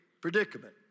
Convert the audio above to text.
predicament